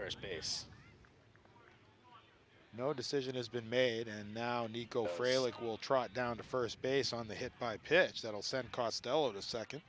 first base no decision has been made and now nico frail like will trot down to first base on the hit by pitch that'll send costello to second